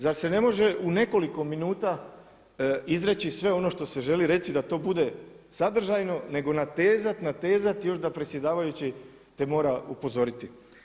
Zar se ne može u nekoliko minuta izreći sve ono što se želi reći da to bude sadržajno, nego natezati, natezati još da predsjedavajući te mora upozoriti?